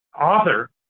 author